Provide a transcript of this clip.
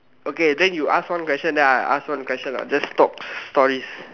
okay then you ask one question then I ask one question ah just talk stories